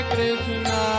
Krishna